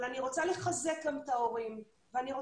אבל אני רוצה לחזק גם את ההורים ולחזק